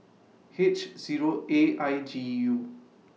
H Zero A I G U